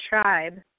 tribe